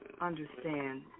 understand